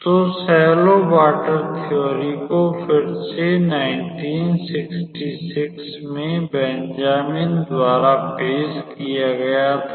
तो उथला पानी सिद्धांत को फिर से 1966 में बेंजामिन द्वारा पेश किया गया था